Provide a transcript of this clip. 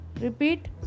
Repeat